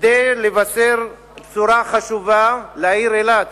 כדי לבשר בשורה חשובה לעיר אילת,